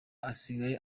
asigaye